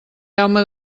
jaume